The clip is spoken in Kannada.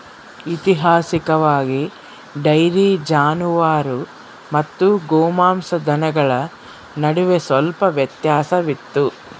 ಐತಿಹಾಸಿಕವಾಗಿ, ಡೈರಿ ಜಾನುವಾರು ಮತ್ತು ಗೋಮಾಂಸ ದನಗಳ ನಡುವೆ ಸ್ವಲ್ಪ ವ್ಯತ್ಯಾಸವಿತ್ತು